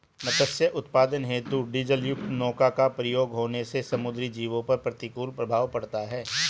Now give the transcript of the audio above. मत्स्य उत्पादन हेतु डीजलयुक्त नौका का प्रयोग होने से समुद्री जीवों पर प्रतिकूल प्रभाव पड़ता है